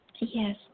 Yes